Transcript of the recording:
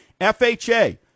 FHA